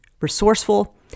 resourceful